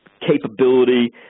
capability